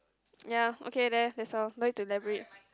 ya okay there that's all no need to elaborate